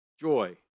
joy